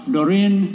Doreen